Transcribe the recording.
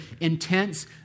intense